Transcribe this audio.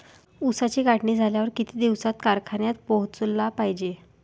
ऊसाची काढणी झाल्यावर किती दिवसात कारखान्यात पोहोचला पायजे?